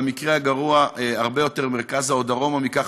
במקרה הגרוע הרבה יותר מרכזה או דרומה מכך,